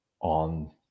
on